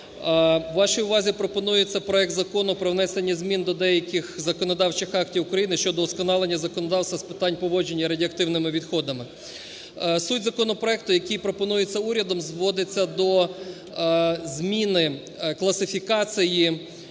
вашій увазі пропонується проект Закону про внесення змін до деяких законодавчих актів України щодо удосконалення законодавства з питань поводження з радіоактивними відходами. Суть законопроекту, який пропонується урядом зводиться до зміни класифікації